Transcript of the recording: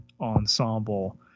ensemble